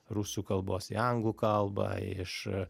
rusų kalbos į anglų kalbą iš